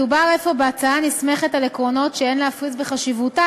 מדובר אפוא בהצעה הנסמכת על עקרונות שאין להפריז בחשיבותם,